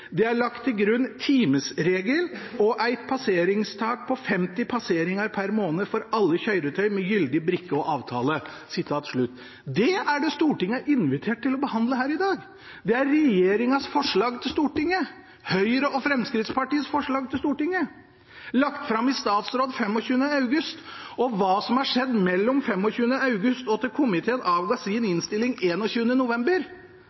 eit passeringstak på 50 passeringar pr. månad for alle køyretøy med gyldig brikke og avtale.» Det er det Stortinget er invitert til å behandle her i dag. Det er regjeringens forslag til Stortinget, Høyre og Fremskrittspartiets forslag til Stortinget, lagt fram i statsråd 25. august. Hva som har skjedd mellom 25. august og til komiteen avga sin innstilling 21. november,